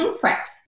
Correct